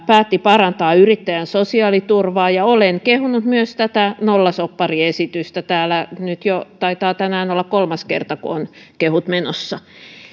päätti parantaa yrittäjän sosiaaliturvaa ja olen kehunut myös tätä nollasoppariesitystä täällä nyt jo taitaa olla tänään kolmas kerta kun on kehut menossa